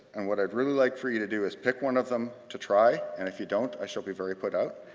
and what i'd really like for you to do is pick one of them to try, and if you don't i shall be very put out.